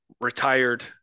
retired